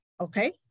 Okay